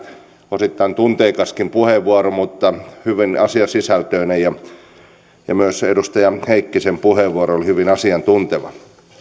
osittain tunteikaskin puheenvuoro mutta hyvin asiasisältöinen ja myös edustaja heikkisen puheenvuoro oli hyvin asiantunteva